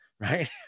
right